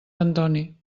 antoni